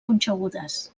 punxegudes